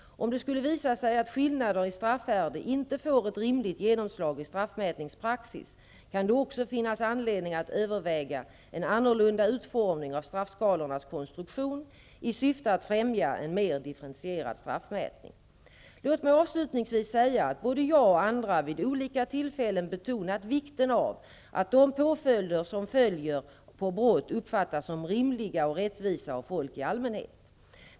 Om det skulle visa sig att skillnader i straffvärde inte får ett rimligt genomslag i straffmätningspraxis kan det också finnas anledning att överväga en annorlunda utformning av straffskalornas konstruktion i syfte att främja en mer differentierad straffmätning. Låt mig avslutningsvis säga att både jag och andra vid olika tillfällen betonat vikten av att de påföljder som följer på brott uppfattas som rimliga och rättvisa av folk i allmänhet.